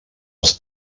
als